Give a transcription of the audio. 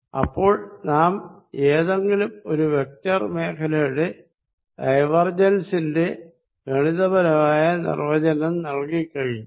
ഇപ്പോൾ നാം ഏതെങ്കിലും ഒരു വെക്ടർ മേഖലയുടെ ഡൈവർജൻസിന്റെ ഗണിതപരമായ നിർവചനം നൽകിക്കഴിഞ്ഞു